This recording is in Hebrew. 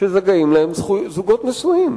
שזכאים להם זוגות נשואים?